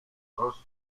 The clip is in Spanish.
frost